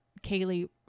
kaylee